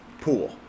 pool